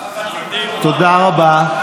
תודה רבה.